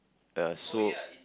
uh so